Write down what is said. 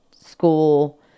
school